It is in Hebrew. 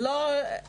והם פרסמו.